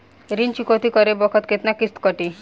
ऋण चुकौती करे बखत केतना किस्त कटी?